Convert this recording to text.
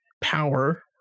power